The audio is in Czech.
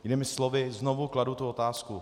Jinými slovy, znovu kladu tu otázku.